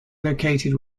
located